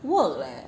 work leh